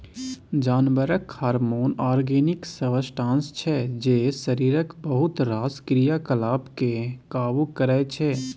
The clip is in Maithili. जानबरक हारमोन आर्गेनिक सब्सटांस छै जे शरीरक बहुत रास क्रियाकलाप केँ काबु करय छै